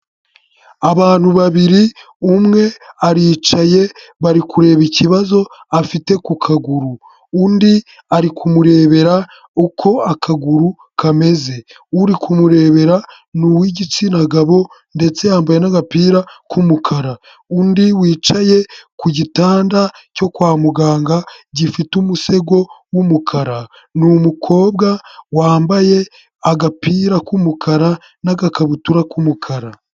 Abantu babiri, umwe aricaye, bari kureba ikibazo afite ku kaguru. Undi ari kumurebera uko akaguru kameze. Uri kumurebera ni uw'igitsina gabo ndetse yambaye n'agapira k'umukara. Undi wicaye ku gitanda cyo kwa muganga gifite umusego w'umukara, ni umukobwa wambaye agapira k'umukara n'agakabutura k'umukara.